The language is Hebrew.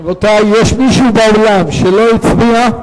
יש באולם מישהו שלא הצביע?